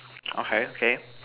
okay okay